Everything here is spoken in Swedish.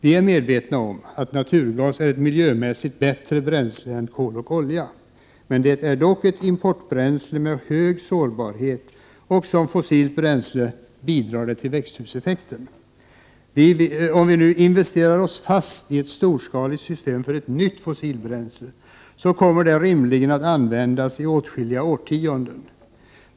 Vi är medvetna om att naturgasen är ett miljömässigt bättre bränsle än kol och olja. Den är dock ett importbränsle med hög sårbarhet och såsom fossilt bränsle bidrar det till växthuseffekten. Om vi nu investerar oss fast i ett storskaligt system för ett nytt fossilbränsle, så kommer det rimligen att användas åtskilliga årtionden.